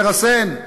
לרסן,